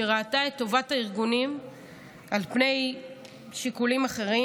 שראתה את טובת הארגונים על פני שיקולים אחרים.